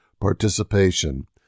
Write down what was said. participation